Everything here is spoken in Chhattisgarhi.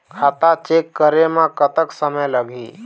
खाता चेक करे म कतक समय लगही?